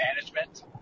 management